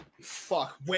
Fuck